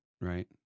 Right